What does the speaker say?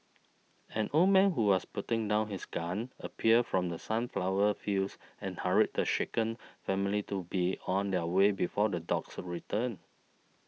an old man who was putting down his gun appeared from the sunflower fields and hurried the shaken family to be on their way before the dogs return